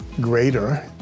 greater